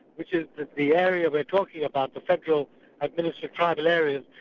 which is the area we're talking about, the federal administrative tribal areas,